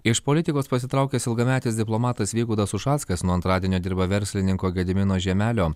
iš politikos pasitraukęs ilgametis diplomatas vygaudas ušackas nuo antradienio dirba verslininko gedimino žiemelio